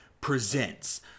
presents